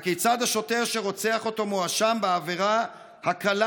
הכיצד השוטר שרוצח אותו מואשם בעבירה הקלה